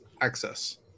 access